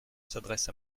s’adresse